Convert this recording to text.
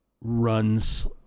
runs